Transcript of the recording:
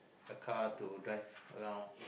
a car to drive around